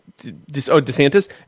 DeSantis